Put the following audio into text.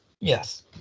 Yes